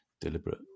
deliberate